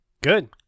Good